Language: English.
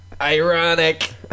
Ironic